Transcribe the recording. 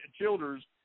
Childers